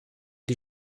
die